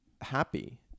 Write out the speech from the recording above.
happy